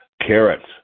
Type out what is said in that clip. Carrots